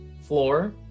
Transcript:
floor